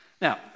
Now